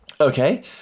Okay